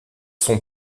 sont